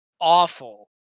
awful